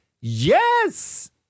Yes